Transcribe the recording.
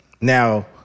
Now